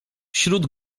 śród